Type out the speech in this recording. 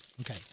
Okay